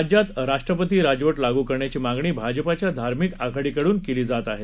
राज्यात राष्ट्रपती राजवट लागू करण्याची मागणी भाजपाच्या धार्मिक आघाडीकडून केली जात आहे